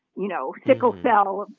you know, sickle cell,